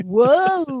Whoa